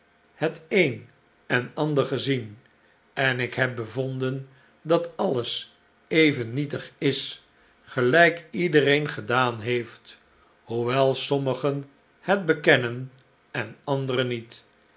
het een en ander gezien en ik heb bevonden dat alles even nietig is gelijk iedereen gedaan heeft hoewel sommigen het bekennen en anderen niet